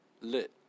lit